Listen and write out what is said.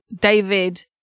David